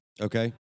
Okay